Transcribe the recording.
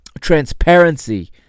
transparency